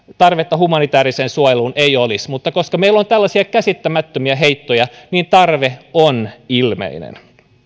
tarvetta humanitääriseen suojeluun ei olisi mutta koska meillä on tällaisia käsittämättömiä heittoja tarve on ilmeinen